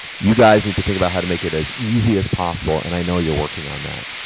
you guys need to think about how to make it as easy as possible, and i know you're working on that.